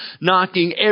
knocking